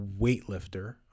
weightlifter